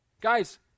Guys